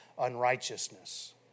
unrighteousness